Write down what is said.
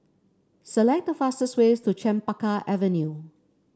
select the fastest way to Chempaka Avenue